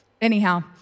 Anyhow